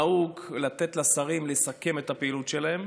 נהוג לתת לשרים לסכם את הפעילות שלהם.